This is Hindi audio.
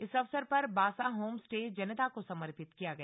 इस अवसर पर बासा होम स्टे जनता को समर्पित किया गया